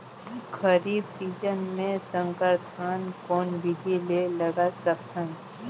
खरीफ season मे संकर धान कोन विधि ले लगा सकथन?